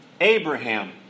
Abraham